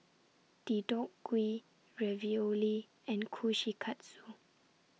Deodeok Gui Ravioli and Kushikatsu